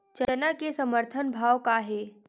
चना के समर्थन भाव का हे?